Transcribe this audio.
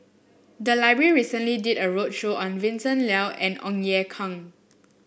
the library recently did a roadshow on Vincent Leow and Ong Ye Kung